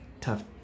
Tough